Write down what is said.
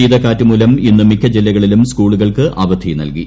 ശീതകാറ്റുമൂലം ഇന്ന് മിക്ക ജില്ലകളിലും സ്കൂളുകൾക്ക് അവധി നൽകി